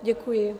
Děkuji.